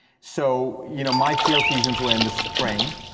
so you know my field seasons were in the spring,